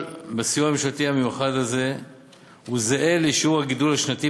בסיוע הממשלתי המיוחד הזה זהה לשיעור הגידול השנתי